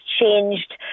changed